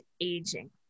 aging